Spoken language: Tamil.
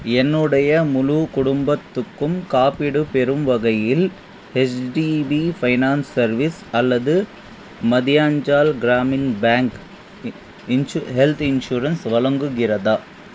என்னுடைய முழு குடும்பத்துக்கும் காப்பீடு பெறும் வகையில் ஹெச்டிபி ஃபைனான்ஸ் சர்வீஸ் அல்லது மத்தியான்சால் கிராமின் பேங்க் இன்சு ஹெல்த் இன்சூரன்ஸ் வழங்குகிறதா